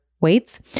weights